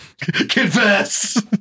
Confess